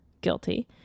guilty